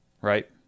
Right